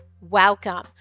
welcome